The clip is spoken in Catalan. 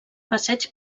passeig